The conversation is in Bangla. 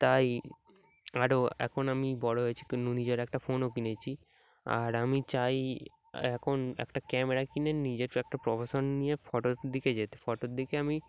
তাই আরও এখন আমি বড়ো হয়েছি নিজের একটা ফোনও কিনেছি আর আমি চাই এখন একটা ক্যামেরা কিনে নিজের একটা প্রফেশন নিয়ে ফটোর দিকে যেতে ফটোর দিকে আমি